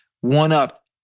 one-up